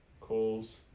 calls